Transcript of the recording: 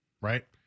right